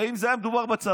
הרי אם היה מדובר בצבא,